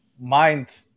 mind